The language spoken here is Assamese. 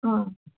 অঁ